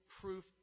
proof